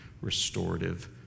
restorative